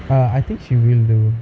uh I think she will though